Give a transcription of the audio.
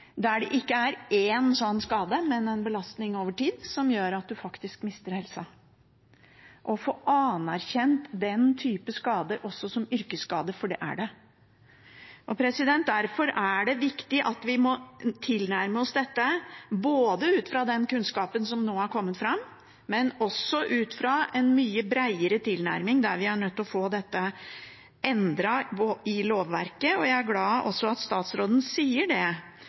der det ikke er én sånn skade, men belastning over tid som gjør at man faktisk mister helsen. Man må få anerkjent også den type skader som yrkesskade, for det er det. Derfor er det viktig at vi må tilnærme oss dette ikke bare ut fra den kunnskapen som nå er kommet fram, men også ut fra en mye breiere tilnærming, der vi er nødt til å få dette endret i lovverket. Jeg er glad for at også statsråden sier det.